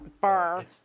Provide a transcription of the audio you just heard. bar